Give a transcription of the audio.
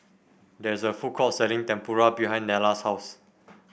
there is a food court selling Tempura behind Nella's house